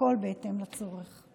והכול בהתאם לצורך.